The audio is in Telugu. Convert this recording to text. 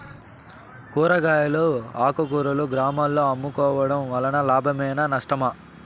కూరగాయలు ఆకుకూరలు గ్రామాలలో అమ్ముకోవడం వలన లాభమేనా నష్టమా?